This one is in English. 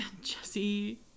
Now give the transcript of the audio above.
Jesse